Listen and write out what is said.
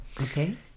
Okay